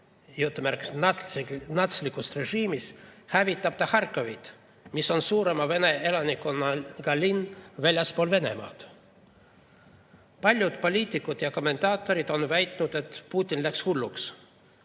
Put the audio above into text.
venelasi "natslikust režiimist" hävitab Harkivit, mis on suurima vene elanikkonnaga linn väljaspool Venemaad? Paljud poliitikud ja kommentaatorid on väitnud, et Putin läks hulluks.